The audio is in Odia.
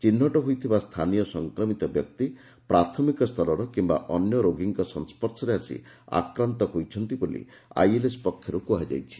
ଚିହ୍ବଟ ହୋଇଥିବା ସ୍ଛାନୀୟ ସଂକ୍ରମିତ ବ୍ୟକ୍ତି ପ୍ରାଥମିକ ସ୍ତରର କିମ୍ବା ଅନ୍ୟ ରୋଗୀଙ୍କ ସଂସର୍ଶରେ ଆସି ଆକ୍ରାନ୍ତ ହୋଇଛନ୍ତି ବୋଲି ଆଇଏଲ୍ଏସ୍ ପକ୍ଷର୍ଠ କୁହାଯାଇଛି